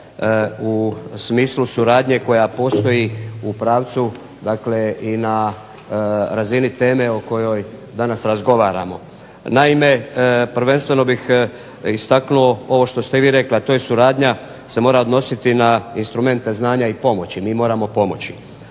u smislu suradnje koja postoji u pravcu dakle i na razini teme o kojoj danas razgovaramo. Naime, prvenstveno bih istaknuo ovo što ste vi rekli, a to je suradnja se mora odnositi na instrumente znanja i pomoći. Mi moramo pomoći.